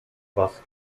was